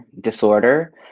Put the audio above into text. disorder